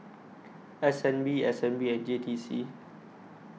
S N B S N B and J T C